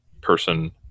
person